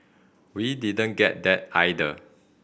we didn't get that either